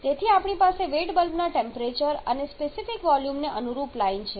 તેથી આપણી પાસે વેટ બલ્બના ટેમ્પરેચર અને સ્પેસિફિક વોલ્યુમને અનુરૂપ લાઈન છે